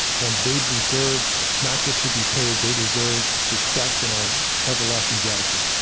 and they deserve, not just to be paid, they deserve respect and our everlasting gratitude.